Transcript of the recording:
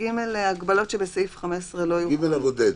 "ההגבלות שבסעיף 15 לא יוחלו." ה-(ג) הבודד.